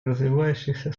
развивающихся